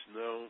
no